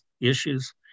issues